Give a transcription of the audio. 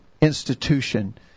institution